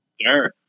Sure